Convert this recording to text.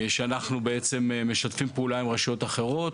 שמתייחס לשיתוף פעולה שאנחנו עושים עם רשויות אחרות.